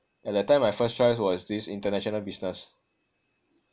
at that time my first choice was this international business